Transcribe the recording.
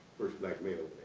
first black mayor.